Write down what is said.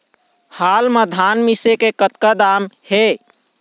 हाल मा धान मिसे के कतका दाम हे?